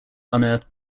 unearthed